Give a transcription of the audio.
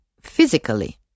physically